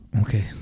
Okay